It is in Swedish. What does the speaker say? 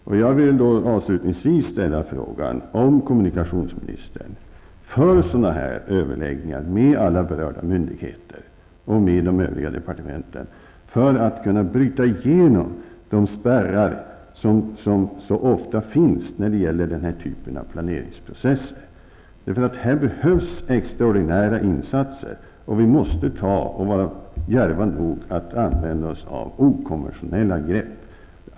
Avslutningsvis vill jag ställa frågan om kommunikationsministern för dylika överläggningar med alla berörda myndigheter och departement för att kunna bryta igenom de spärrar som så ofta finns när det gäller den här typen av planeringsprocess. Här behövs nämligen extraordinära insatser. Vi måste vara djärva nog att använda oss av okonventionella grepp.